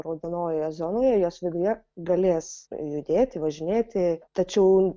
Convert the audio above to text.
raudonojoje zonoje jos viduje galės judėti važinėti tačiau